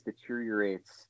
deteriorates